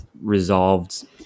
resolved